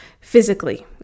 physically